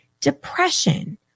depression